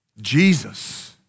Jesus